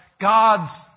God's